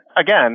again